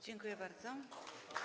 Dziękuję bardzo.